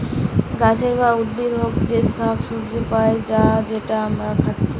গাছের বা উদ্ভিদ হোতে যে শাক সবজি পায়া যায় যেটা আমরা খাচ্ছি